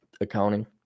accounting